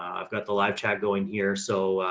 i've got the live chat going here, so, ah,